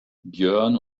björn